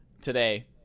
today